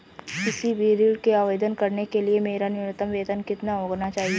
किसी भी ऋण के आवेदन करने के लिए मेरा न्यूनतम वेतन कितना होना चाहिए?